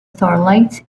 starlight